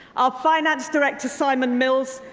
our finance director, simon mills,